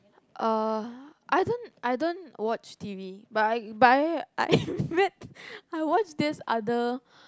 uh I don't I don't watch t_v but I but I I read I watch this other